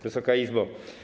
Wysoka Izbo!